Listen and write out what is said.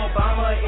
Obama